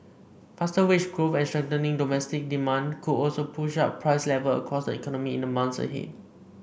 faster wage growth and strengthening domestic demand could also push up price level across the economy in the months ahead